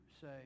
say